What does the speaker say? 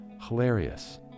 Hilarious